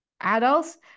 Adults